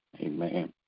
Amen